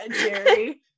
Jerry